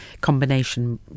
combination